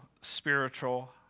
spiritual